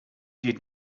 did